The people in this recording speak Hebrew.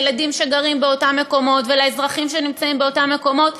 לילדים שגרים באותם מקומות ולאזרחים שנמצאים באותם מקומות,